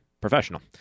professional